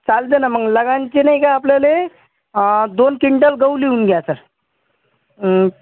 चालते ना मग लगानचे नाही का आपल्याला दोन क्विंटल गहू लिहून घ्या सर